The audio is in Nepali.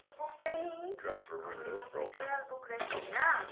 यो बुक चाहिँ नि फिक्सनल बुक रहेछ होइन